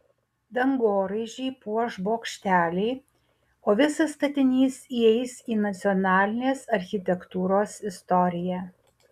dangoraižį puoš bokšteliai o visas statinys įeis į nacionalinės architektūros istoriją